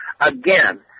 Again